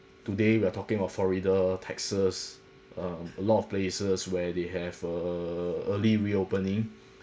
today we're talking about florida texas um a lot of places where they have err early reopening